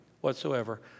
whatsoever